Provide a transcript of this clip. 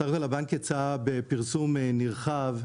בסך הכול הבנק יצא בפרסום נרחב,